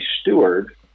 steward